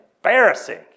embarrassing